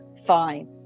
Fine